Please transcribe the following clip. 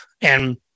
And-